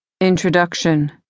INTRODUCTION